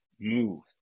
move